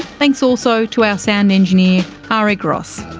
thanks also to our sound engineer ari gross.